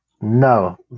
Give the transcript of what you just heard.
No